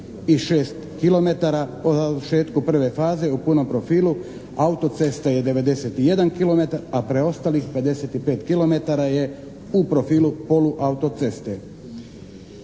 146 kilometara, po završetku prve faze u punom profilu autocesta je 91 kilometar, a preostalih 55 kilometara je u profilu poluautoceste.